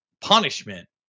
punishment